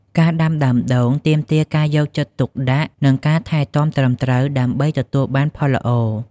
ការដាំដើមដូងទាមទារការយកចិត្តទុកដាក់ និងការថែទាំត្រឹមត្រូវ ដើម្បីទទួលបានផលល្អ។